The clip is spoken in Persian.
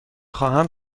خواهم